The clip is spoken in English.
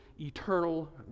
eternal